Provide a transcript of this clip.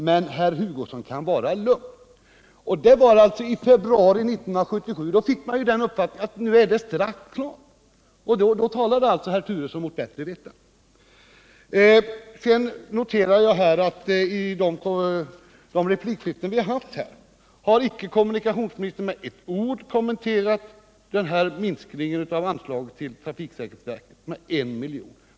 Men herr Hugosson kan vara lugn.” Då fick man det intrycket att beredningen strax skulle vara klar, och herr Turesson måste då ha talat mot bättre vetande. Jag noterar vidare att kommunikationsministern i de replikskiften vi har haft icke med ett ord har kommenterat minskningen av anslaget till trafiksäkerhetsverket med 1 milj.kr.